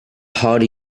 harder